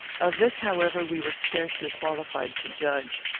of this, however, we were scarcely qualified to judge.